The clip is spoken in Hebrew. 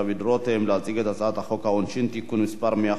להציג את הצעת חוק העונשין (תיקון מס' 115),